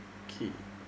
okay